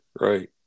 Right